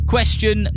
Question